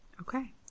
Okay